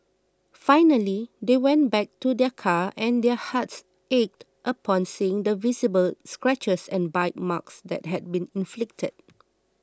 finally they went back to their car and their hearts ached upon seeing the visible scratches and bite marks that had been inflicted